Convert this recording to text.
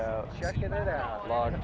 a lot of